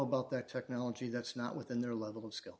about that technology that's not within their level of skill